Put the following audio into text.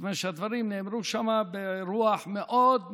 כיוון שהדברים נאמרו שם ברוח מאוד מאוד,